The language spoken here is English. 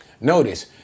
Notice